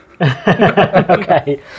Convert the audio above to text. Okay